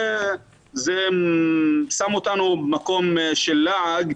זה שם אותנו במקום של לעג.